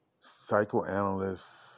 psychoanalysts